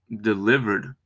delivered